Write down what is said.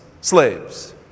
slaves